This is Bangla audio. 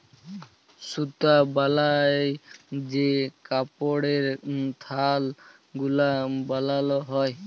সুতা বালায় যে কাপড়ের থাল গুলা বালাল হ্যয়